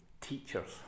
teachers